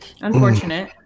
Unfortunate